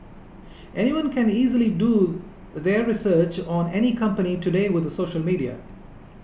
anyone can easily do their research on any company today with social media